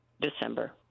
December